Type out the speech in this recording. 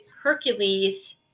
hercules